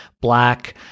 black